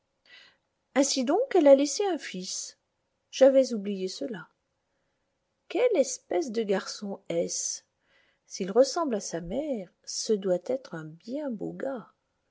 ainsi donc elle a laissé un fils j'avais oublié cela quelle espèce de garçon est-ce s'il ressemble à sa mère ce doit être un bien beau gars